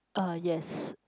uh yes